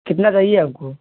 कितना चाहिए आपको